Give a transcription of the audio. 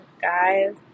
guys